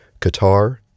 Qatar